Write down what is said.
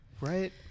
right